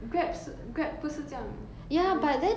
grab 是 grab 不是这样的 meh